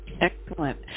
Excellent